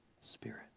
spirit